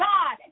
God